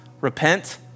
repent